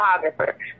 photographer